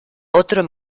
otro